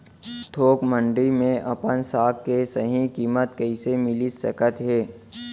थोक मंडी में अपन साग के सही किम्मत कइसे मिलिस सकत हे?